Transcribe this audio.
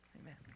Amen